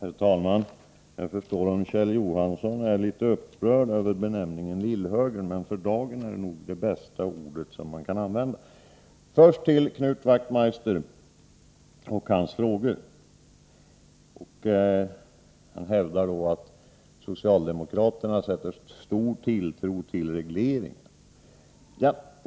Herr talman! Jag förstår att Kjell Johansson kan vara litet upprörd över benämningen ”lillhögern”, men för dagen är det nog det bästa ordet som man kan använda. Sedan till Knut Wachtmeister och hans frågor. Han hävdar att socialdemokraterna sätter stor tilltro till regleringar.